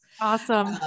Awesome